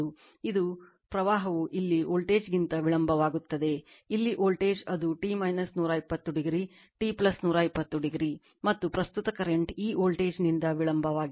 ಇದು ಪ್ರವಾಹವು ಇಲ್ಲಿ ವೋಲ್ಟೇಜ್ ಗಿಂತ ವಿಳಂಬವಾಗುತ್ತದೆ ಇಲ್ಲಿ ವೋಲ್ಟೇಜ್ ಅದು t 120 o t 120 o ಮತ್ತು ಪ್ರಸ್ತುತ ಕರೆಂಟ್ ಈ ವೋಲ್ಟೇಜ್ನಿಂದ ವಿಳಂಬವಾಗಿದೆ